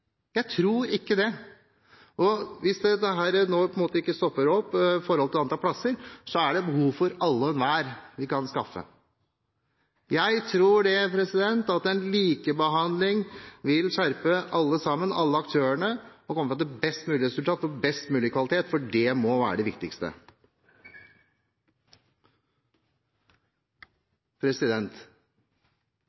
Jeg tror ikke det – jeg tror ikke det. Hvis dette nå ikke stopper opp med tanke på antall plasser, er det behov for alle og enhver vi kan skaffe. Jeg tror at en likebehandling vil skjerpe alle sammen, alle aktørene, til å komme fram til best mulig resultat og best mulig kvalitet, for det må være det viktigste.